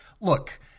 look